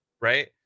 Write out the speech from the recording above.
Right